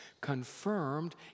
confirmed